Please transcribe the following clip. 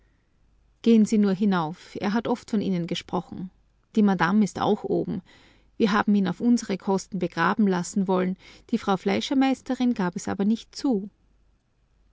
gehen sie nur hinauf er hat oft von ihnen gesprochen die madame ist auch oben wir haben ihn auf unsere kosten begraben lassen wollen die frau fleischermeisterin gab es aber nicht zu